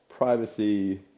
Privacy